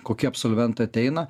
kokie absolventai ateina